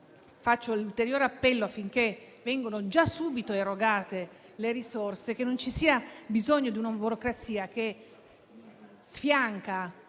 un ulteriore appello affinché vengano subito erogate le risorse e non ci sia bisogno di una burocrazia che sfianca